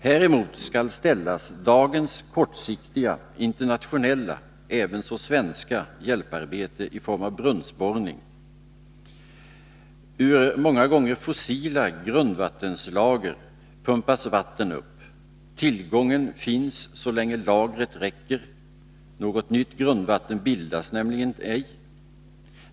Häremot skall ställas dagens kortsiktiga, internationella — även svenska — hjälparbete i form av brunnsborrning. Ur många gånger fossila grundvattenslager pumpas vatten upp. Tillgången finns så långt lagret räcker — något nytt grundvatten bildas nämligen ej.